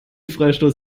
freistoß